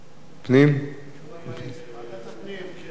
לא, חוץ וביטחון.